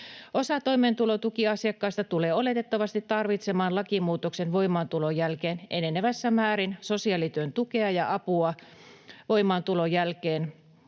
Osa toimeentulotukiasiakkaista tulee oletettavasti tarvitsemaan lakimuutoksen voimaantulon jälkeen enenevässä määrin sosiaalityön tukea ja apua hyvinvointialueilta,